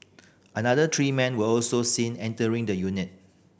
another three men were also seen entering the unit